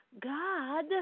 God